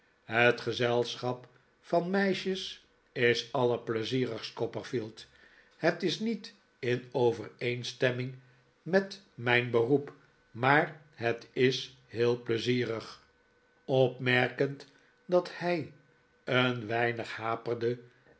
het gezelschap van meisjes is allerpleizierigst copperfield het is niet in overeenstemming met mijn beroep maar het is heel pleizierig opmerkend dat hij een weinig haperde